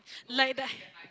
like the